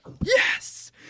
Yes